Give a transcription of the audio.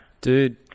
dude